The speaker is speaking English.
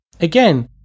Again